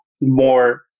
more